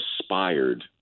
aspired